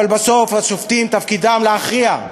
אבל בסוף השופטים, תפקידם להכריע.